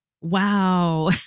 wow